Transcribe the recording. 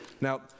Now